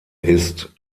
ist